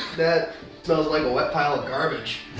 that smells like a wet pile of garbage.